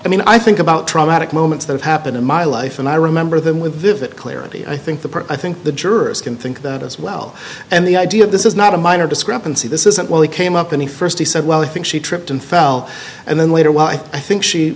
i mean i think about traumatic moments that happen in my life and i remember them with vivid clarity i think the part i think the jurors can think that as well and the idea of this is not a minor discrepancy this isn't where we came up in the st he said well i think she tripped and fell and then later well i think she